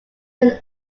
when